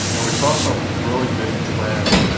and we saw some really big trends.